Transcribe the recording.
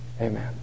amen